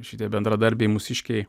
šitie bendradarbiai mūsiškiai